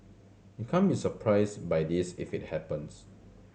you can't be surprised by this if it happens